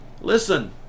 Listen